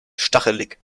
stachelig